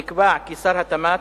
נקבע כי שר התמ"ת,